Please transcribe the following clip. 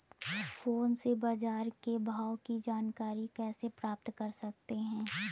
Phone से बाजार के भाव की जानकारी कैसे प्राप्त कर सकते हैं?